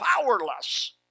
powerless